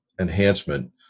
enhancement